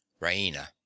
Raina